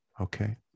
okay